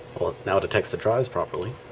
well now it attacks the drives properly